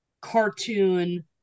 cartoon